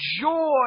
joy